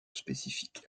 spécifique